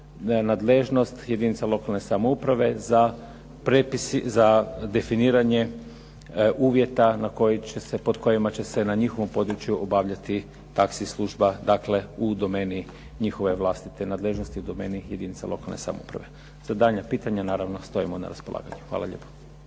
nadležnost jedinica lokalne samouprave za definiranje uvjeta pod kojima će se na njihovom području obavljati taxi služba, dakle u domeni njihove vlastite nadležnosti, u domeni jedinica lokalne samouprave. Za daljnja pitanja naravno stojimo na raspolaganju. Hvala lijepo.